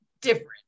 different